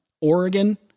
Oregon